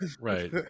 Right